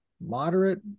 moderate